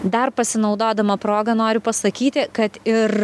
dar pasinaudodama proga noriu pasakyti kad ir